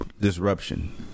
disruption